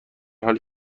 حالی